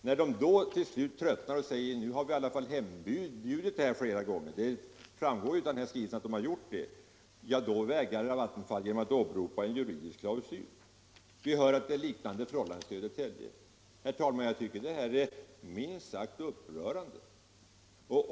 När man till sist tröttnar och säger att man i alla fall hembjudit denna utbyggnad flera gånger — det framgår av skrivelsen att man gjort det — vägrar Vattenfall genom att hänvisa till en juridisk klausul. Vi hör att det råder liknande förhållanden i Södertälje. Herr talman! Jag tycker detta är minst sagt upprörande.